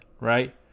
right